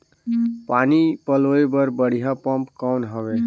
पानी पलोय बर बढ़िया पम्प कौन हवय?